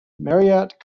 marriott